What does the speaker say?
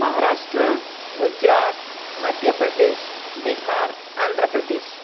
Maharashtra Gujarat Madhya Pradesh Bihar Andhra Pradesh